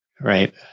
Right